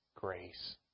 grace